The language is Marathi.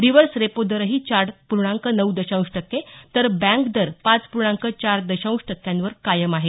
रिवर्स रेपो दरही चार पूर्णांक नऊ दशांश टक्के तर बँक दर पाच पूर्णांक चार दशांश टक्क्यांवर कायम आहेत